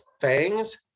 fangs